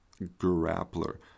grappler